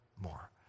more